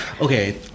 Okay